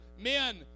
men